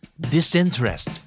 Disinterest